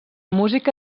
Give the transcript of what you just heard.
música